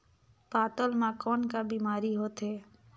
पातल म कौन का बीमारी होथे?